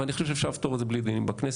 אבל אני חושב שאפשר לפתור את זה בלי דיון בכנסת.